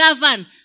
govern